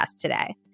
today